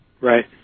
Right